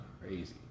crazy